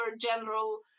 general